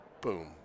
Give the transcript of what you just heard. Boom